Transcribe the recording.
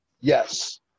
Yes